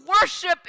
worship